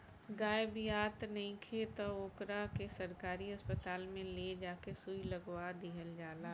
गाय बियात नइखे त ओकरा के सरकारी अस्पताल में ले जा के सुई लगवा दीहल जाला